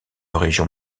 région